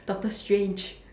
doctor strange